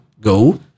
go